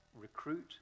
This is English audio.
recruit